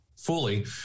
fully